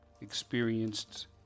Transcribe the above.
experienced